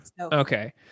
okay